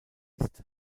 ist